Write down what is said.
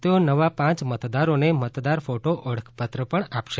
તેઓ નવા પાંચ મતદારોને મતદાર ફોટો ઓળખ પત્ર આપશે